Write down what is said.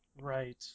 right